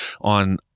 on